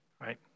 Right